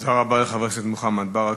תודה רבה לחבר הכנסת מוחמד ברכה.